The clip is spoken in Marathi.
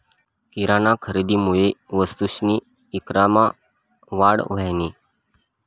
किराना खरेदीमुये वस्तूसनी ईक्रीमा वाढ व्हयनी